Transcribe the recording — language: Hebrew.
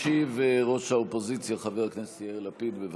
ישיב ראש האופוזיציה חבר הכנסת יאיר לפיד, בבקשה.